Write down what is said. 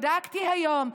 בדקתי היום,